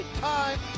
time